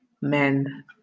men